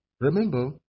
Remember